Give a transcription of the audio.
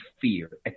fear